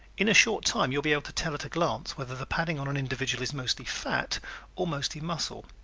in a short time you will be able to tell, at a glance, whether the padding on an individual is mostly fat or mostly muscle,